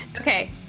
Okay